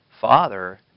father